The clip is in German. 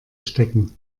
stecken